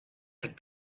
had